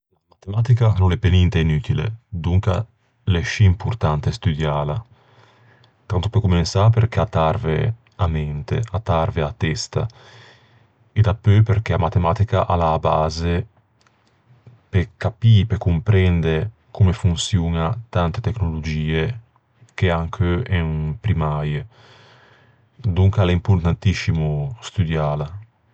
A matematica a no l'é pe ninte inutile, donca l'é scì importante studiâla. Tanto pe comensâ perché a t'arve a mente, a t'arve a testa. E dapeu perché a matematica a l'é a base pe capî, pe comprende comme fonçioña tante tecnologie che ancheu en primmäie. Donca l'é importantiscimo studiâla.